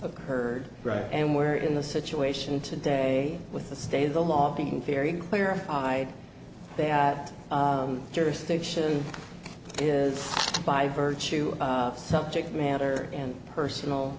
occurred right and where in the situation today with the state of the law being ferried clarify that jurisdiction is by virtue of subject matter and personal